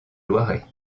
loiret